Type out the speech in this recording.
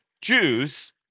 Jews